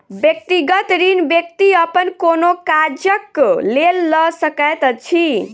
व्यक्तिगत ऋण व्यक्ति अपन कोनो काजक लेल लऽ सकैत अछि